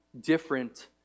different